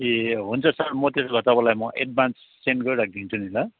ए हुन्छ सर म त्यसो भए तपाईँलाई म एडभान्स सेन्ड गरी राखिदिन्छु नि ल